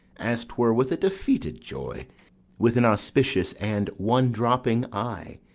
as twere with a defeated joy with an auspicious and one dropping eye,